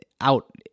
out